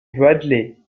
bradley